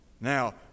Now